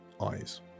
eyes